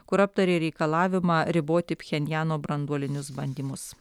kur aptarė reikalavimą riboti pchenjano branduolinius bandymus